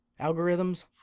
Algorithms